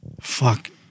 Fuck